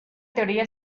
teoría